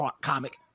comic